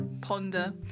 ponder